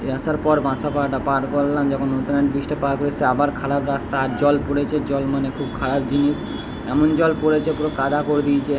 রাস্তার পর বাঁসাপাড়াটা পার করলাম যখন নতুনহাট ব্রিজটা পার করে এসছি আবার খারাপ রাস্তা আর জল পড়েছে জল মানে খুব খারাপ জিনিস এমন জল পড়েছে পুরো কাদা করে দিয়েছে